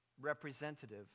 representative